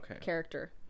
character